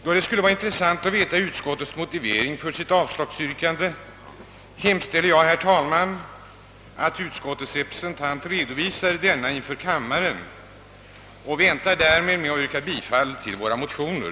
Då det skulle vara intressant att veta utskottets motivering för sitt avslag hemställer jag, herr talman, att utskottets representant redovisar denna inför kammaren och väntar därför med att yrka bifall till våra motioner.